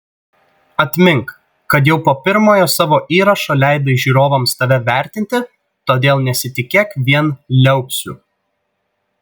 atmink kad jau po pirmojo savo įrašo leidai žiūrovams tave vertinti todėl nesitikėk vien liaupsių